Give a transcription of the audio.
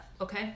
okay